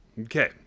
Okay